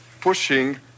pushing